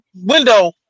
window